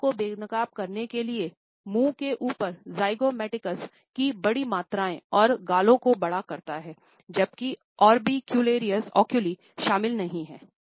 चोर को बेनकाब करने के लिए मुँह के ऊपर ज़िगोमैटिकस शामिल नहीं हैं